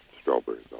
strawberries